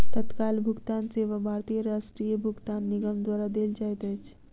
तत्काल भुगतान सेवा भारतीय राष्ट्रीय भुगतान निगम द्वारा देल जाइत अछि